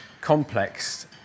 complex